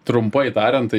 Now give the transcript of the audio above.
trumpai tariant tai